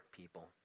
people